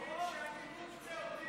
דב, אני מבין שאני מוקצה.